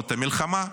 להוצאות המלחמה.